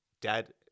dad